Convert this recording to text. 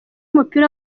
w’umupira